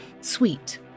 sweet